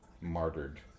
martyred